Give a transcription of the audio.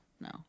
no